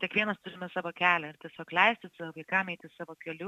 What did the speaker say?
kiekvienas turime savo kelią ir tiesiog leisti savo vaikam eiti savo keliu